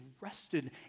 rested